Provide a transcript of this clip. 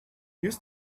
use